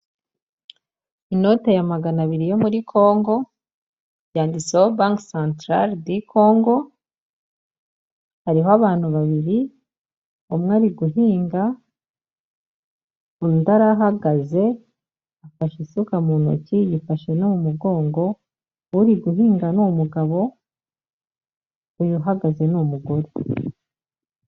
Inote ya magana abiri yo muri Kongo yanditseho banki santarari di Kongo, hariho abantu babiri, umwe ari guhinga, undi arahagaze afashe isuka mu ntoki, yifashe no mu mugongo, uwuri guhinga ni umugabo uyu uhagaze ni umugore.